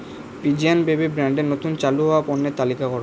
pigeon baby ব্র্যান্ডের নতুন চালু হওয়া পণ্যের তালিকা করো